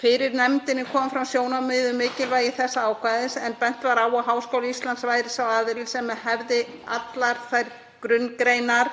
Fyrir nefndinni komu fram sjónarmið um mikilvægi þessa ákvæðis en bent var á að Háskóli Íslands væri sá aðili sem hefði allar þessar grunngreinar